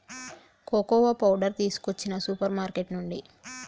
cocoa powder తీసుకొచ్చిన super market నుండి